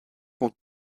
compte